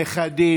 נכדים,